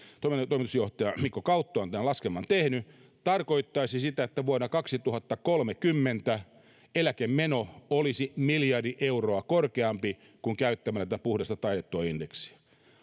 toimitusjohtaja mikko kautto on tämän laskelman tehnyt että tämä puoliväli indeksin palauttaminen tarkoittaisi sitä että vuonna kaksituhattakolmekymmentä eläkemeno olisi miljardi euroa korkeampi kuin käyttämällä tätä puhdasta taitettua indeksiä